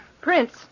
Prince